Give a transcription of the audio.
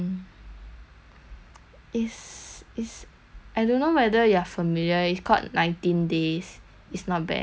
it's it's I don't know whether you are familiar it's called nineteen days it's not bad it's quite nice quite funny also